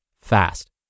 fast